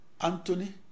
Anthony